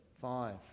Five